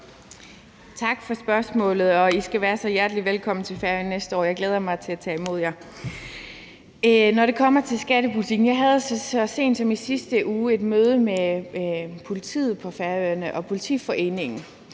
Tak for spørgsmålet, og I skal være så hjertelig velkomne på Færøerne næste år; jeg glæder mig til at tage imod jer. Når det kommer til skattepolitikken, havde jeg så sent som i sidste uge et møde med politiet på Færøerne, med politiforeningen,